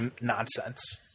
nonsense